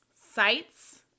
sites